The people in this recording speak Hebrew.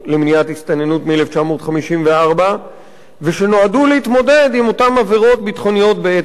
הסתננות מ-1954 ושנועדו להתמודד עם אותן עבירות ביטחוניות בעת חירום.